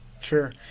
Sure